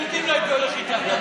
לא נתקבלה.